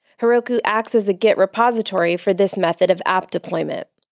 heroku acts as a git repository for this method of app deployment.